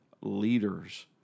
leaders